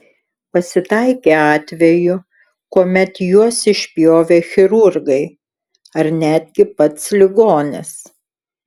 pasitaikė atvejų kuomet juos išpjovė chirurgai ar netgi pats ligonis